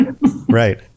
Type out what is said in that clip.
right